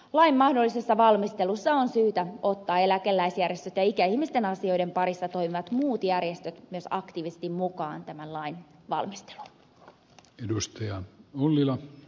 lain mahdollisessa valmistelussa on syytä ottaa eläkeläisjärjestöt ja ikäihmisten asioiden parissa toimivat muut järjestöt myös aktiivisesti mukaan tämän lain valmisteluun